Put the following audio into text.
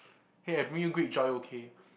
hey I bring you great joy okay